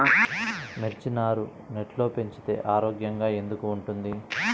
మిర్చి నారు నెట్లో పెంచితే ఆరోగ్యంగా ఎందుకు ఉంటుంది?